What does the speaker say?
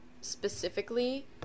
specifically